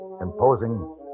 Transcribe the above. imposing